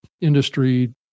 industry